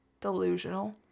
delusional